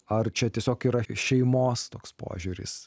ar čia tiesiog yra šeimos toks požiūris